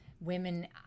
women